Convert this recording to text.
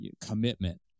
commitment